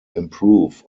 improve